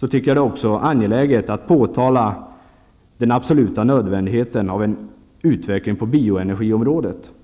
det är angeläget att påpeka den absoluta nödvändigheten av en utveckling på bioenergiområdet.